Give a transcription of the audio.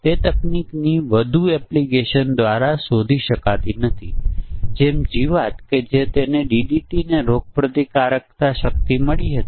તેથી આપણે ફક્ત અહીં કિંમતો લખીશું અને તે જ રીતે આપણે અન્ય પરિમાણો માટે કરીએ છીએ કે કોઈ વિશિષ્ટ સંયોજનો ખૂટે છે કે કેમ તે શોધવા માટે આપણે અહીં વધારાના નિયમો ઉમેરવાનો પ્રયાસ કરીએ છીએ